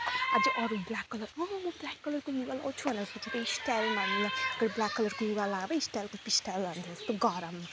अझै अरू black colour आम्मामा ब्ल्याक कलरको लुगा लगाउँछु होला मैले सोचे स्टाइल मार्नुलाई त्यो ब्ल्याक कलरको लुगा लगाएँ स्टाइलको पिस्टाइल यस्तो गरममा